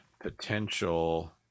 potential